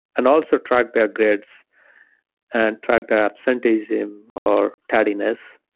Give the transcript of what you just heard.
and also tried their grades and tried their absenteeism or tardiness